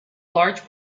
large